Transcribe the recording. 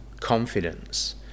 confidence